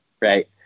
right